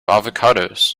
avocados